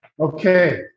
Okay